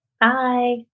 bye